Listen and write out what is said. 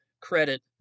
credit